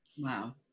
Wow